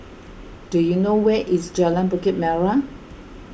do you know where is Jalan Bukit Merah